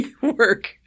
work